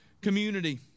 community